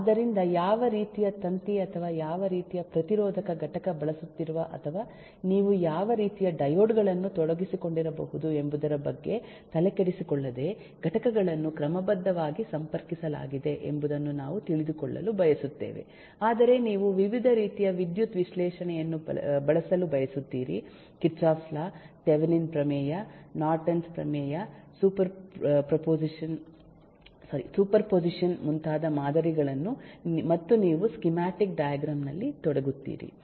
ಆದ್ದರಿಂದ ಯಾವ ರೀತಿಯ ತಂತಿ ಅಥವಾ ಯಾವ ರೀತಿಯ ಪ್ರತಿರೋಧಕ ಘಟಕ ಬಳಸುತ್ತಿರುವ ಅಥವಾ ನೀವು ಯಾವ ರೀತಿಯ ಡಯೋಡ್ ಗಳನ್ನು ತೊಡಗಿಸಿಕೊಂಡಿರಬಹುದು ಎಂಬುದರ ಬಗ್ಗೆ ತಲೆಕೆಡಿಸಿಕೊಳ್ಳದೆ ಘಟಕಗಳನ್ನು ಕ್ರಮಬದ್ಧವಾಗಿ ಸಂಪರ್ಕಿಸಲಾಗಿದೆ ಎಂಬುದನ್ನು ನಾವು ತಿಳಿದುಕೊಳ್ಳಲು ಬಯಸುತ್ತೇವೆ ಆದರೆ ನೀವು ವಿವಿಧ ರೀತಿಯ ವಿದ್ಯುತ್ ವಿಶ್ಲೇಷಣೆಯನ್ನು ಬಳಸಲು ಬಯಸುತ್ತೀರಿ ಕಿರ್ಚಾಫ್ ಲಾ ಥೆವೆನಿನ್ Thevenins ಪ್ರಮೇಯ ನಾರ್ಟನ್ Nortons ಪ್ರಮೇಯ ಸೂಪರ್ ಪೊಸಿಷನ್ ಮುಂತಾದ ಮಾದರಿಗಳನ್ನು ಮತ್ತು ನೀವು ಸ್ಕೀಮ್ಯಾಟಿಕ್ ಡೈಗ್ರಾಮ್ ದಲ್ಲಿ ತೊಡಗುತ್ತೀರಿ